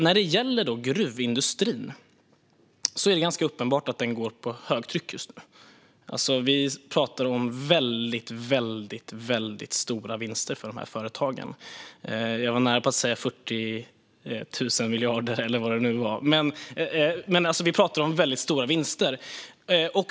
När det gäller gruvindustrin är det uppenbart att den just nu går för högtryck. Vi talar om väldigt stora vinster för dessa företag. Jag sa närapå 40 000 miljarder. Vi talar hur som helst om väldigt stora vinster.